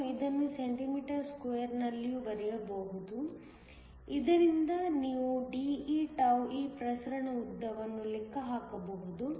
ನೀವು ಇದನ್ನು cm2 ನಲ್ಲಿಯೂ ಬರೆಯಬಹುದು ಇದರಿಂದ ನೀವು De τe ಪ್ರಸರಣ ಉದ್ದವನ್ನು ಲೆಕ್ಕ ಹಾಕಬಹುದು